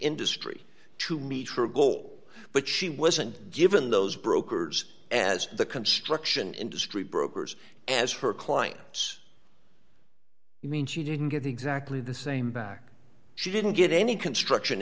industry to meet her goal but she wasn't given those brokers as the construction industry brokers as her clients means you didn't get exactly the same back she didn't get any construction